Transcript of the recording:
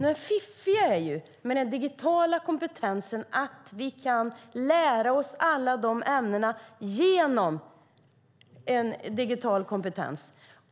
Men det fiffiga med den digitala kompetensen är ju att vi kan lära oss alla de ämnena genom den.